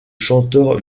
chanteur